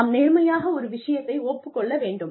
நாம் நேர்மையாக ஒரு விஷயத்தை ஒப்புக் கொள்ள வேண்டும்